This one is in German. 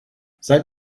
seit